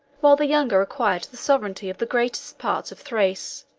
while the younger acquired the sovereignty of the greatest part of thrace,